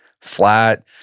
flat